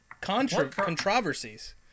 controversies